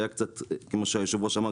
היה כמו שהיושב-ראש אמר,